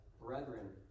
brethren